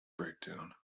breakdown